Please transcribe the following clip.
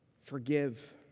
Forgive